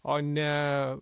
o ne